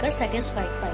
satisfied